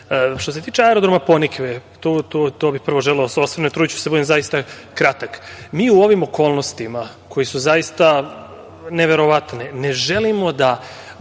se tiče Aerodroma „Ponikve“, na to bih prvo želeo da se osvrnem, trudiću se da budem zaista kratak. Mi u ovim okolnostima koje su zaista neverovatne ne želimo da